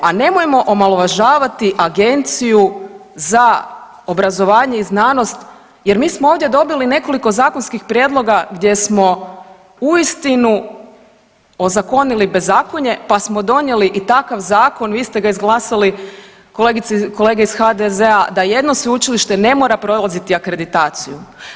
A nemojmo omalovažavati Agenciju za obrazovanje i znanost jer mi smo ovdje dobili nekoliko zakonskih prijedloga gdje smo uistinu ozakonili bezakonje pa smo donijeli i takav zakon, vi ste ga izglasali kolegice i kolege iz HDZ-a, da jedno sveučilište ne mora prolaziti akreditaciju.